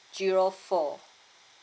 zero four